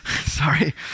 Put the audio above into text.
Sorry